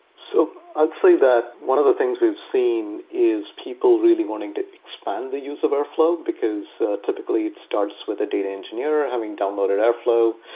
so i'd say that one of the things we've seen is people really wanting to expand the use of airflow, because typically it starts with a data engineer having downloaded airflow,